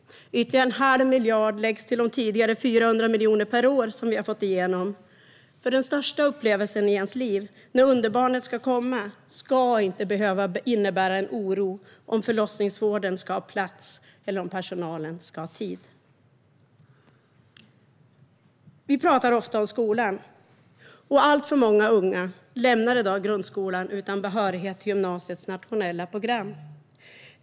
Ytterligare en halv miljard läggs till de 400 miljoner som vi tidigare fått igenom. Den största upplevelsen i ens liv, när underbarnet ska komma, ska inte behöva innebära en oro om förlossningsvården ska ha plats eller om personalen ska ha tid. Vi pratar ofta om skolan. Alltför många unga lämnar i dag grundskolan utan behörighet till gymnasiets nationella program.